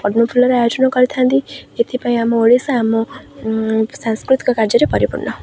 ଆୟୋଜନ କରିଥାନ୍ତି ଏଥିପାଇଁ ଆମ ଓଡ଼ିଶା ଆମ ସାଂସ୍କୃତିକ କାର୍ଯ୍ୟରେ ପରିପୂର୍ଣ୍ଣ